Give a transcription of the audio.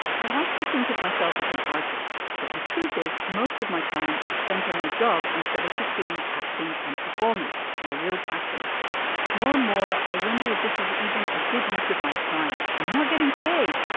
i like to think of myself as an artist, but the truth is, most of my time is spent on my job instead of pursuing acting and performance, my real passion more and more. i wonder if this is even a good use of my time. i'm not getting paid.